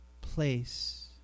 place